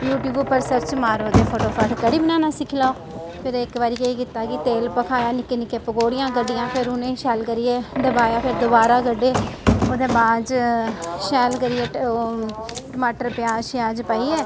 U tube उप्पर search मारो ते फटोफट कड़ी बनाना सिक्खी लैओ फिर इक बारी केह् कीता की तेल भखाया ते निक्की निक्की पकौड़ियां कड्ढियां फिर उनेंगी शैल करियै दबाया फिर दोबारा कड्ढे ओह्दे बाद च शैल करियै टमाटर प्याज श्याज पाइयै